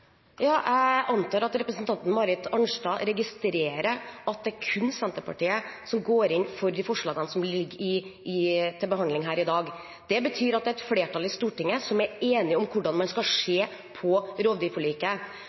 er kun Senterpartiet som går inn for de forslagene som ligger til behandling her i dag. Det betyr at det er et flertall i Stortinget som er enig om hvordan man skal se på rovdyrforliket.